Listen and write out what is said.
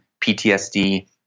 PTSD